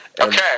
Okay